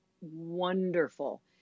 wonderful